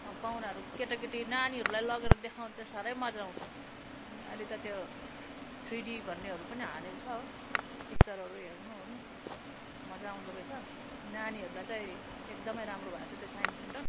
पाहुनाहरू केटाकेटी नानीहरूलाई लगेर देखाउन चाहिँ साह्रै मजा आउँछ अहिले त त्यो थ्रिडी भन्नेहरू पनि हालेको छ हो पिक्चरहरू हेर्नु ओर्नु मजा आउँदो रहेछ नानीहरूलाई चाहिँ एकदमै राम्रो भएको छ त्यो साइन्स सेन्टर